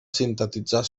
sintetitzar